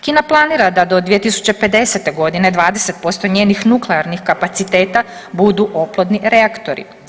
Kina planira da do 2050. godine 20% njenih nuklearnih kapaciteta budu oplodni reaktori.